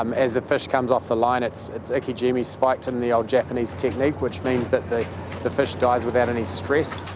um as the fish comes off the line its its ikijimi spiked in the old japanese technique, which means that the the fish dies without any stress.